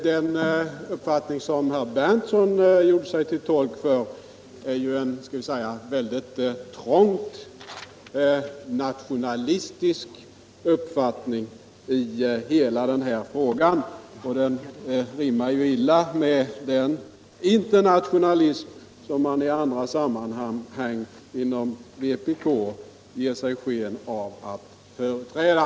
Herr Berndtson gjorde sig till tolk för en väldigt trångt nationalistisk uppfattning i hela den här frågan. Den rimmar illa med den internationalism som man i andra sammanhang inom vpk ger sig sken av att företräda.